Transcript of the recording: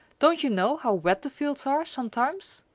don't you know how wet the fields are sometimes?